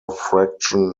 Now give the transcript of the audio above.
fraction